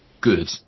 good